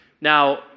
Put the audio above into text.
Now